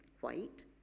white